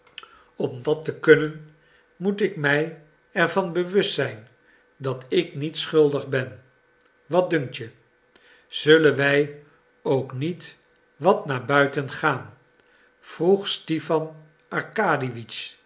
om dat te kunnen moet ik mij er van bewust zijn dat ik niet schuldig ben wat dunkt je zullen wij ook nog niet wat naar buiten gaan vroeg stipan arkadiewitsch